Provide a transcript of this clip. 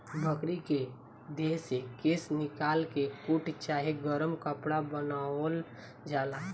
बकरी के देह से केश निकाल के कोट चाहे गरम कपड़ा बनावल जाला